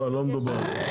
לא לא מדובר על זה.